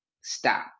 Stop